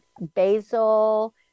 basil